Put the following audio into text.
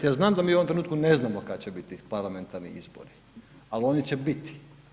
Ja znam da mi u ovom trenutku ne znamo kad će biti parlamentarni izbori, ali oni će biti.